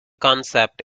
concept